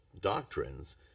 doctrines